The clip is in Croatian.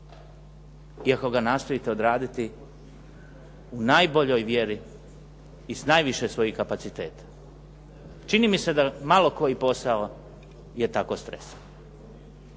ako ga nastojite odraditi u najboljoj vjeri i s najviše svojih kapaciteta. Čini mi se da malo koji posao je tako stresan.